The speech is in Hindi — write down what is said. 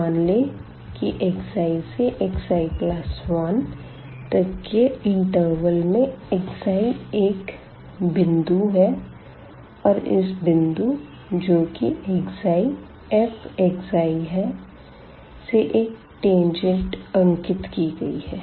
मान लें की xi से xi1 तक के इंटरवल में i एक बिंदु है और इस बिंदु जो की i f है से एक टेंजेंट अंकित की गई है